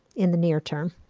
in the near term.